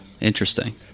interesting